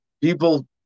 people